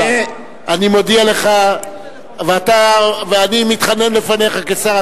אני מודיע לך, ואני מתחנן לפניך כשר.